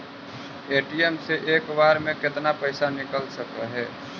ATM से एक बार मे केतना पैसा निकल सकले हे?